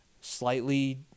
slightly